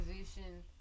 position